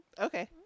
okay